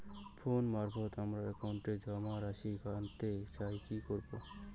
Phone মারফত আমার একাউন্টে জমা রাশি কান্তে চাই কি করবো?